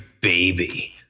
baby